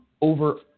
over